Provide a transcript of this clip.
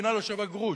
המדינה לא שווה גרוש,